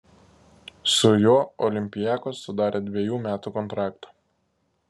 su juo olympiakos sudarė dvejų metų kontraktą